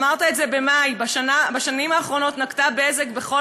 אמרת את זה במאי: בשנים האחרונות נקטה "בזק" כל